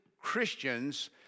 Christians